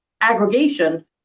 aggregation